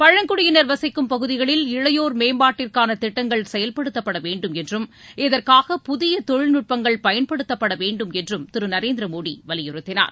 பழங்குடியினர் வசிக்கும் பகுதிகளில் இளையோர் மேம்பாட்டிற்கான திட்டங்கள் செயல்படுத்தப்பட வேண்டும் என்றும் இதற்காக புதிய தொழில் நுட்பங்கள் பயன்படுத்தப்பட வேண்டும் என்றும் திருநரேந்திர மோடி வலியுறுத்தினார்